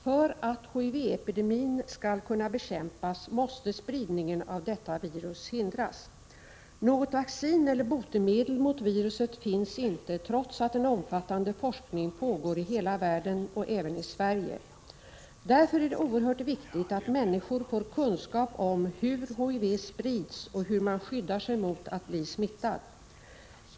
För att HIV-epidemin skall kunna bekämpas måste spridningen av detta virus hindras. Något vaccin eller botemedel mot viruset finns inte trots att en omfattande forskning pågår i hela världen och även i Sverige. Därför är det oerhört viktigt att människor får kunskap om hur HIV sprids och hur man skyddar sig mot att bli smittad.